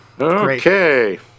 Okay